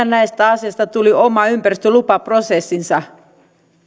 näistä asiasta tuli oma ympäristölupaprosessinsa